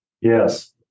Yes